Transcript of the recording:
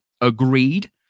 Agreed